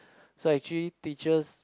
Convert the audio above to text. so actually teachers